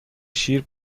شیر